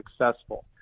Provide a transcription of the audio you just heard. successful